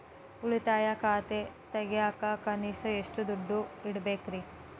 ಉಳಿತಾಯ ಖಾತೆ ತೆಗಿಯಾಕ ಕನಿಷ್ಟ ಎಷ್ಟು ದುಡ್ಡು ಇಡಬೇಕ್ರಿ?